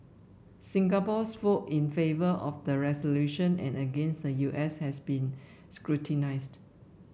Singapore's vote in favour of the resolution and against the U S has been scrutinised